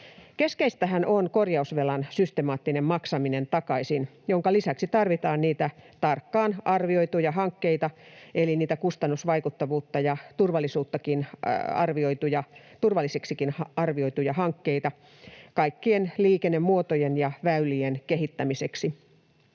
Keskeistähän on korjausvelan systemaattinen maksaminen takaisin, jonka lisäksi tarvitaan niitä tarkkaan arvioituja hankkeita eli kustannusvaikuttavuutta ja turvallisiksikin arvioituja hankkeita kaikkien liikennemuotojen ja ‑väylien kehittämiseksi.